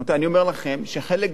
אני אומר לכם שחלק גדול,